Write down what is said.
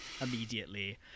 immediately